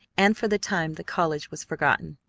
and for the time the college was forgotten.